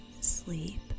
sleep